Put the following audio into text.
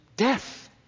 Death